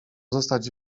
zostać